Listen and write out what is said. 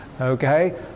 Okay